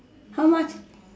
how much